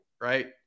Right